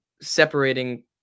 separating